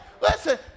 Listen